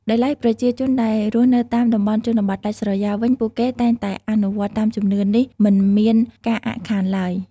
ដោយឡែកប្រជាជនដែលរស់នៅតាមដំបន់ជនបទដាច់ស្រយាលវិញពួកគាត់តែងតែអនុវត្តន៏តាមជំនឿនេះមិនមានការអាក់ខានឡើយ។